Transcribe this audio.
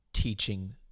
Teaching